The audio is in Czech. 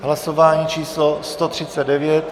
Hlasování číslo 139.